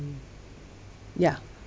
mm ya